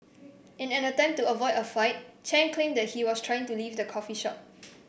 in an attempt to avoid a fight Chen claimed that he was trying to leave the coffee shop